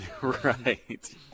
Right